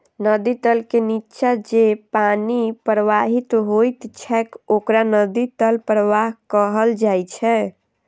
नदी तल के निच्चा जे पानि प्रवाहित होइत छैक ओकरा नदी तल प्रवाह कहल जाइ छै